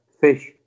fish